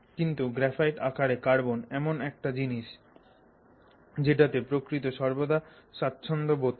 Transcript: কিন্তু গ্রাফাইট আকারে কার্বন এমন একটা জিনিস যেটাতে প্রকৃতি সর্বদা স্বাচ্ছন্দ্য বোধ করে